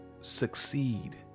succeed